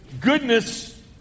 Goodness